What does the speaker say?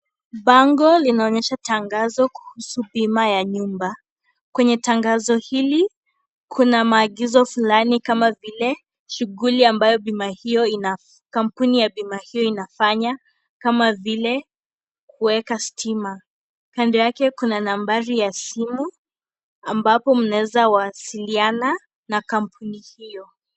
Bango inaoyesha tangazo kuhusu bima ya nyumba. Kwenye tangazo hili, kuna maagizo fulani kama vile shughuli ambayo kampuni ya bima hiyo inafanya kama vile kueka stima. Kando yake kuna nambari ya simu ambapo mnaeza wasiliana na kampuni hiyo.